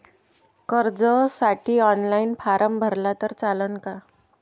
कर्जसाठी online form भरला तर चालन का?